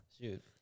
Shoot